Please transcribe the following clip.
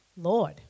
Lord